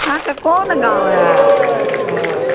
अहाँके कोन गावँ हए हँ